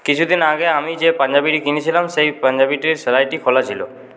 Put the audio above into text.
কিছুদিন আগে আমি যে পাঞ্জাবিটি কিনেছিলাম সেই পাঞ্জাবিটির সেলাইটি খোলা ছিল